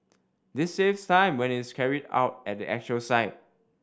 this saves time when it is carried out at the actual site